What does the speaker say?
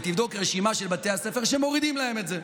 ותבדוק רשימה של בתי הספר שמורידים להם את זה.